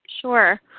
Sure